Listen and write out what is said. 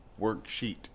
worksheet